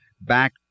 back